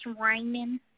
raining